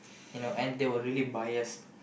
you know and they were really biased